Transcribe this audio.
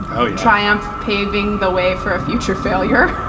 and oh, triumph. paving the way for a future failure.